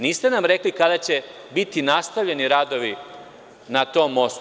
Niste nam rekli kada će biti nastavljeni radovi na tom mostu.